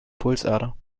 pulsader